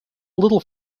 little